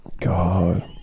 God